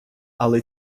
але